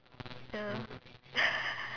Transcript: ya